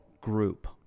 group